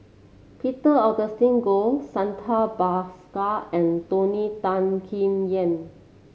Peter Augustine Goh Santha Bhaskar and Tony Tan Keng Yam